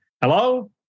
Hello